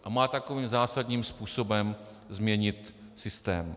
A má takovým zásadním způsobem změnit systém.